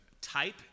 type